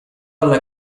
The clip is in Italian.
alla